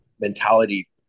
mentality